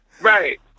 Right